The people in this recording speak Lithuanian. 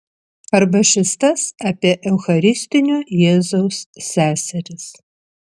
arba šis tas apie eucharistinio jėzaus seseris